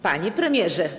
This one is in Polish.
Panie Premierze!